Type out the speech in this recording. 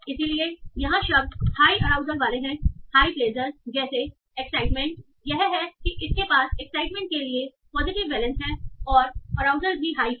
इसलिए यहां शब्द हाई अराउजल वाले हैं हाई प्लेजर जैसे एक्साइटमेंट यह है कि इसके पास एक्साइटमेंट के लिए पॉजिटिव वैलेन्स है और अराउजल भी हाई है